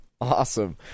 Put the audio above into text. Awesome